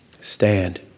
Stand